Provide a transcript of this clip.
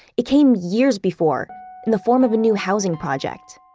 it came years before in the form of a new housing project.